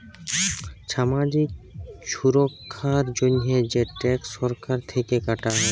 ছামাজিক ছুরক্ষার জন্হে যে ট্যাক্স সরকার থেক্যে কাটা হ্যয়